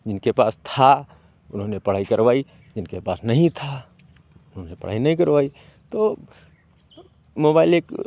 जिनके पास था उन्होंने पढ़ाई करवाई जिनके पास नहीं था उन्होंने पढ़ाई नहीं करवाई तो मोबाइल एक